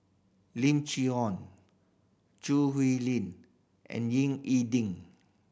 Lim Chee Ong Choo Hwee Lim and Ying E Ding